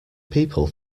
people